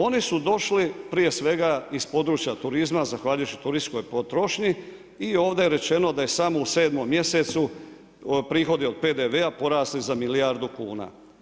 Oni su došli prije svega iz područja turizma zahvaljujući turističkoj potrošnji i ovdje je rečeno da je samo u 7 mjesecu prihodi od PDV-a porasli za milijardu kuna.